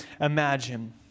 imagine